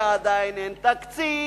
ועדיין אין תקציב,